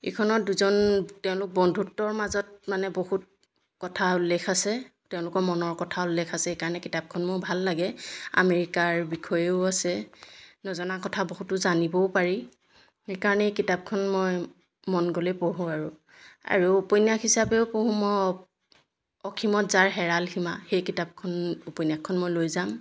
এইখনত দুজন তেওঁলোক বন্ধুত্বৰ মাজত মানে বহুত কথা উল্লেখ আছে তেওঁলোকৰ মনৰ কথা উল্লেখ আছে সেইকাৰণে কিতাপখন মোৰ ভাল লাগে আমেৰিকাৰ বিষয়েও আছে নজনা কথা বহুতো জানিবও পাৰি সেইকাৰণে এই কিতাপখন মই মন গ'লেই পঢ়োঁ আৰু উপন্যাস হিচাপেও পঢ়োঁ মই অসীমত যাৰ হেৰাল সীমা সেই কিতাপখন উপন্যাসখন মই লৈ যাম